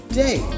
day